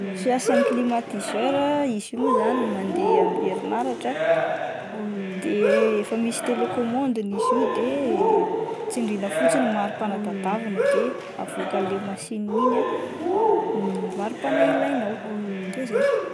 Fomba fiasan'ny climatiseur, izy io mo zany mandeha amin'ny herinaratra ah de efa misy telekomandiny izy io de tsindriana fotsiny ny mari-pana tediavina de avoakan'ilay masinina iny ah ny mari-pana ilainao de zay.